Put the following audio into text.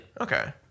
Okay